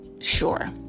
sure